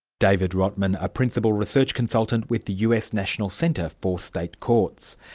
david rottman, a principal research consultant with the us national centre for state courts.